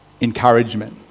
Encouragement